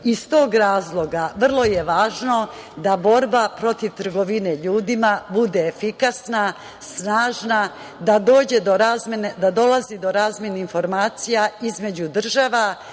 Iz tog razloga vrlo je važno da borba protiv trgovine ljudima bude efikasna, snažna, da dolazi do razmene informacija između država,